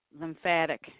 lymphatic